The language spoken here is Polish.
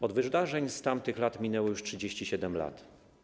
Od wydarzeń z tamtych lat minęło już 37 lat.